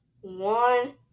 one